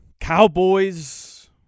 Cowboys